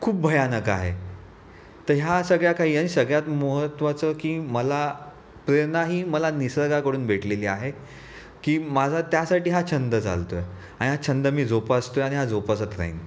खूप भयानक आहे तर ह्या सगळ्या काही आणि सगळ्यात महत्वाचं की मला प्रेरणा ही मला निसर्गाकडून भेटलेली आहे की माझा त्यासाठी हा छंद चालतो आहे आणि हा छंद मी जोपासतो आणि जोपासत राहीन